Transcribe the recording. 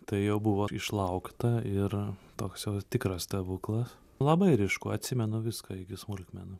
tai jau buvo išlaukta ir toks tikras stebuklas labai ryšku atsimenu viską iki smulkmenų